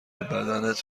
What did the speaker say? بدنت